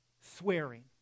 swearing